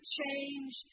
change